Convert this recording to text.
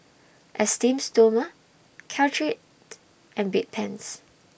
Esteem Stoma Caltrate and Bedpans